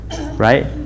Right